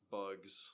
bugs